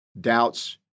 doubts